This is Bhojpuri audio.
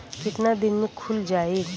कितना दिन में खुल जाई?